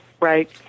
right